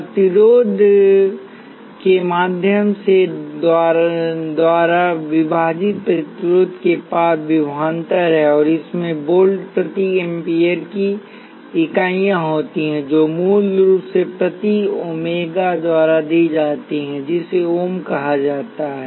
प्रतिरोध प्रतिरोध के माध्यम से धारा द्वारा विभाजित प्रतिरोध के पार विभवांतरहै और इसमें वोल्ट प्रति एम्पीयर की इकाइयाँ होती हैं जो मूल रूप से प्रतीक ओमेगा द्वारा दी जाती हैं जिसे ओम कहा जाता है